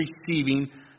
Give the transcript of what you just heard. receiving